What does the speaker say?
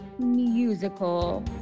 musical